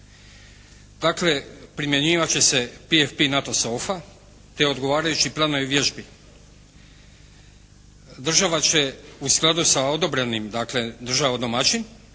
Dakle, primjenjivat će se PFP NATO …/Govornik se ne razumije./… te odgovarajući planovi vježbi. Država će u skladu sa odobrenim, dakle država domaćin